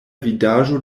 vidaĵo